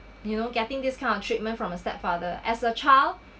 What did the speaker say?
you know getting this kind of treatment from a stepfather as a child